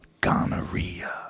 Gonorrhea